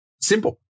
Simple